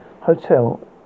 Hotel